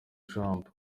trump